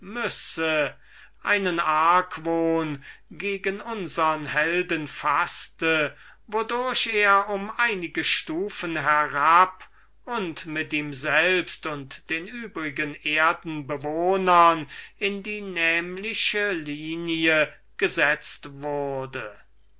einen argwohn gegen unsern helden faßte wodurch er um einige stufen herab und mit ihm selbst und den übrigen erdenbewohnern in absicht gewisser schwachheiten in die nämliche linie gestellt wurde